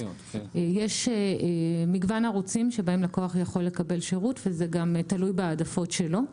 יש מגוון ערוצים שבהם לקוח יכול לקבל שירות וזה גם תלוי בהעדפות שלו,